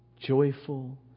joyful